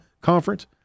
Conference